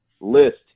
List